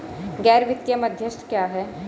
गैर वित्तीय मध्यस्थ क्या हैं?